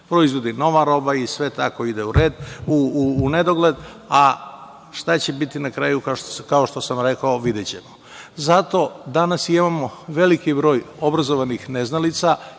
proizvodi nova roba i sve tako ide unedogled, a šta će biti na kraju, kao što sam rekao, videćemo. Zato danas imamo veliki broj obrazovanih neznalica,